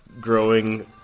growing